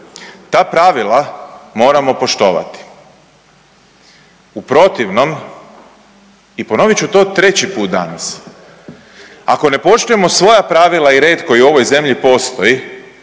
ta pravila moramo poštovati u protivno i ponovit ću treći put danas, ako ne poštujemo svoja pravila i red koji u ovoj zemlji postoji